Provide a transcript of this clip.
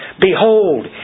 Behold